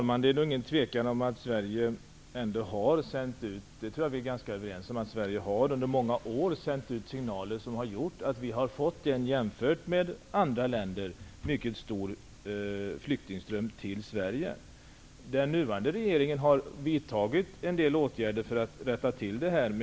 Herr talman! Det är inget tvivel om att Sverige under många år har sänt ut signaler som har gjort att Sverige, jämfört med andra länder, har fått en mycket stor flyktingström -- det tror jag vi är ganska överens om. Den nuvarande regeringen har vidtagit en del åtgärder för att rätta till detta.